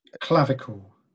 clavicle